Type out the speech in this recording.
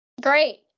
great